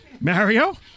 Mario